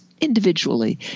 individually